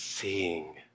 seeing